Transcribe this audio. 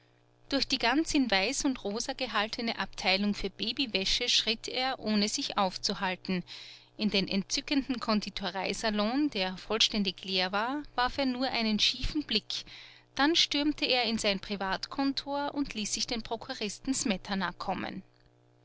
durch die ganz in weiß und rosa gehaltene abteilung für babywäsche schritt er ohne sich aufzuhalten in den entzückenden konditoreisalon der vollständig leer war warf er nur einen schiefen blick dann stürmte er in sein privatkontor und ließ sich den prokuristen smetana kommen